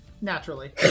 naturally